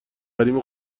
حریم